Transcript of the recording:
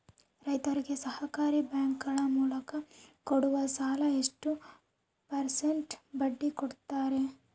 ರೈತರಿಗೆ ಸಹಕಾರಿ ಬ್ಯಾಂಕುಗಳ ಮೂಲಕ ಕೊಡುವ ಸಾಲ ಎಷ್ಟು ಪರ್ಸೆಂಟ್ ಬಡ್ಡಿ ಕೊಡುತ್ತಾರೆ?